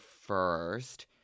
first